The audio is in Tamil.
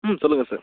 ம் சொல்லுங்கள் சார்